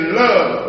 love